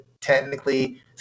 technically